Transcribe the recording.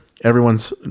everyone's